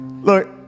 Look